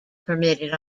permitted